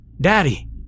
daddy